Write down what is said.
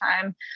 time